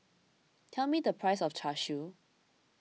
tell me the price of Char Siu